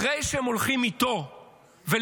אחרי שהם הולכים איתו ולידו,